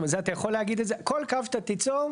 זה אתה יכול להגיד את זה על כל קו שאתה תיצור.